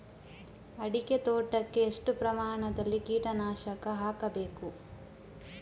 ಅಡಿಕೆ ತೋಟಕ್ಕೆ ಎಷ್ಟು ಪ್ರಮಾಣದಲ್ಲಿ ಕೀಟನಾಶಕ ಹಾಕಬೇಕು?